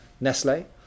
Nestle